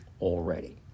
already